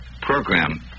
program